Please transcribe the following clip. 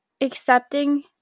accepting